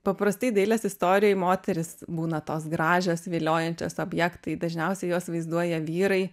paprastai dailės istorijoj moterys būna tos gražios viliojančios objektai dažniausiai juos vaizduoja vyrai